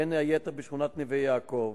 בין היתר בשכונת נווה-יעקב,